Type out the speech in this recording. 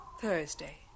Thursday